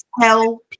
tell